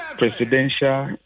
Presidential